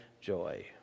joy